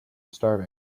starving